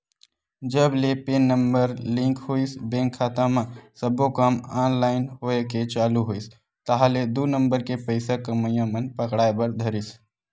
जब ले PAN number link होइस बेंक खाता म सब्बो काम ऑनलाइन होय के चालू होइस ताहले दू नंबर के पइसा कमइया मन पकड़ाय बर धरिस